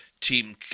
team